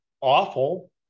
awful